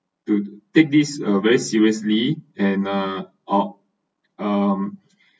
to take this uh very seriously and uh or um